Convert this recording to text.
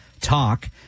Talk